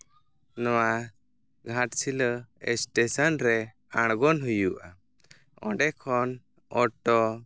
ᱱᱚᱣᱟ ᱜᱷᱟᱴᱥᱤᱞᱟᱹ ᱮᱥᱴᱮᱥᱚᱱ ᱨᱮ ᱟᱲᱜᱚᱱ ᱦᱩᱭᱩᱜᱼᱟ ᱚᱸᱰᱮ ᱠᱷᱚᱱ ᱚᱴᱳ